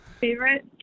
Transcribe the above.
Favorite